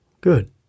Good